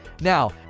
Now